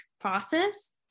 process